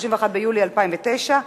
31 ביולי 2009,